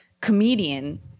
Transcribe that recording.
comedian